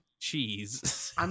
cheese